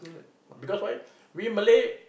because why we Malay